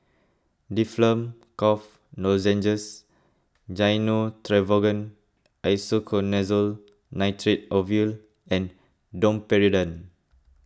Difflam Cough Lozenges Gyno Travogen Isoconazole Nitrate Ovule and Domperidone